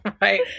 right